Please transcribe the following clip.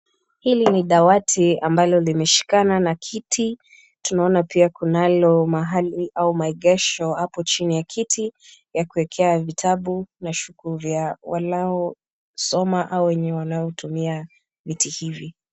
Hili ni dawati ambalo limeshikana na kiti, tunaona pia kuna mahali au maegesho hapo chini ya kiti ya kuwekea vitabu na shuku vya wanaosoma au wanaotumia viti hivi.